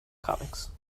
comics